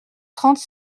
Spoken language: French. trente